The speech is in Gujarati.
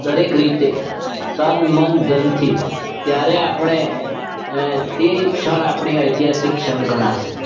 દરેક રીતે તન મન ધનથી ત્યારે આપણે તે ક્ષણ આપણી ઐતિહાસિક ક્ષણ ગણાશે